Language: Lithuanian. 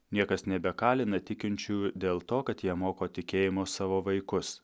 niekas nebekalina tikinčiųjų dėl to kad jie moko tikėjimo savo vaikus